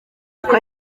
kuko